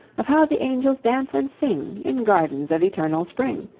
of how the angels dance and sing in gardens of eternal spring,